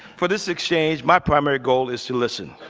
for this exchange, my primary goal is to listen.